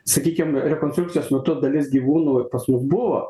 sakykim rekonstrukcijos metu dalis gyvūnų pas mus buvo